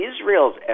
Israel's